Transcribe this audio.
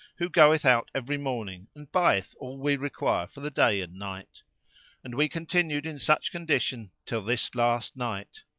who goeth out every morning and buyeth all we require for the day and night and we continued in such condition till this last night.